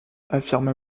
affirma